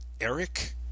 Eric